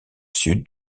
sud